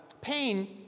pain